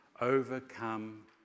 overcome